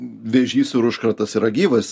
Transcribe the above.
vėžys ir užkratas yra gyvas